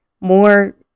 more